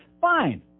Fine